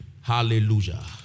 Hallelujah